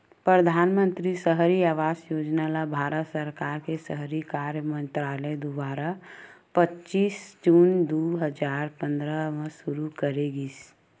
परधानमंतरी सहरी आवास योजना ल भारत सरकार के सहरी कार्य मंतरालय दुवारा पच्चीस जून दू हजार पंद्रह म सुरू करे गिस